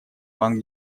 пан